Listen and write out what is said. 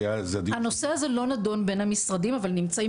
הנושא הזה לא נידון בין המשרדים אבל נמצאים